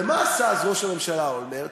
ומה עשה אז ראש הממשלה אולמרט?